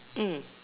mm